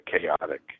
chaotic